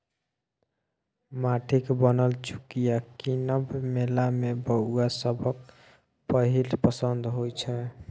माटिक बनल चुकिया कीनब मेला मे बौआ सभक पहिल पसंद होइ छै